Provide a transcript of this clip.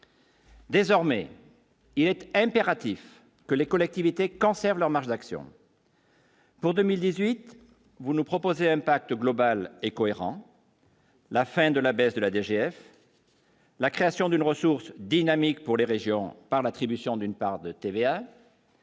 Désormais, il est impératif que les collectivités cancer leur marge d'action. Pour 2018, vous nous proposez un pacte global et cohérent. La fin de la baisse de la DGF. La création d'une ressource dynamique pour les régions par l'attribution d'une part de TVA.